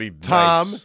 Tom